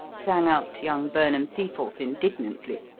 sang out young burnham-seaforth indignantly,